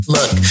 Look